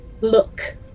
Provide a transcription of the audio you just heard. look